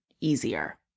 easier